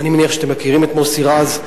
אני מניח שאתם מכירים את מוסי רז.